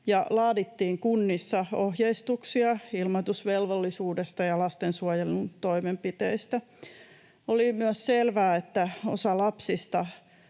laadittiin kunnissa ohjeistuksia ilmoitusvelvollisuudesta ja lastensuojelun toimenpiteistä. Oli myös selvää, että osa lapsista